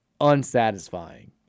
unsatisfying